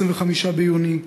25 ביוני,